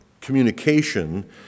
communication